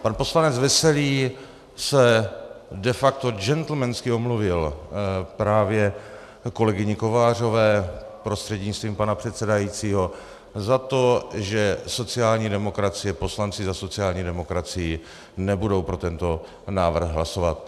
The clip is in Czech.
Pan poslanec Veselý se de facto gentlemansky omluvil právě kolegyni Kovářové prostřednictvím pana předsedajícího za to, že sociální demokracie, poslanci za sociální demokracii nebudou pro tento návrh hlasovat.